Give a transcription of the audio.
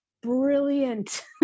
brilliant